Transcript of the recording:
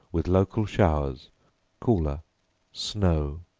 with local showers cooler snow.